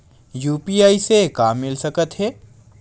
UPI से का मिल सकत हे?